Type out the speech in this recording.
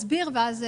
יסביר ואז תתייחסו.